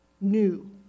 new